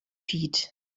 feet